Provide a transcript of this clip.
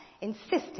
insisted